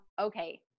okay